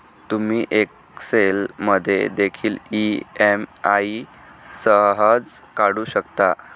तुम्ही एक्सेल मध्ये देखील ई.एम.आई सहज काढू शकता